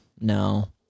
no